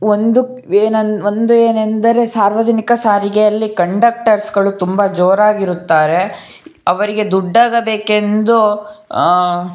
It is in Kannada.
ಒಂದು ಏನನ್ನು ಒಂದು ಏನೆಂದರೆ ಸಾರ್ವಜನಿಕ ಸಾರಿಗೆಯಲ್ಲಿ ಕಂಡಕ್ಟರ್ಸ್ಗಳು ತುಂಬ ಜೋರಾಗಿರುತ್ತಾರೆ ಅವರಿಗೆ ದುಡ್ಡಾಗಬೇಕೆಂದು